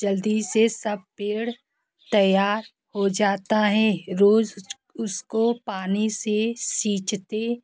जल्दी से सब पेड़ तैयार हो जाता है रोज उसको पानी से सींचते